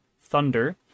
Thunder